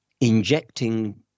injecting